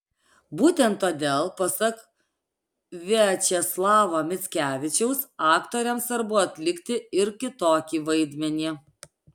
būtent todėl pasak viačeslavo mickevičiaus aktoriams svarbu atlikti ir kitokį vaidmenį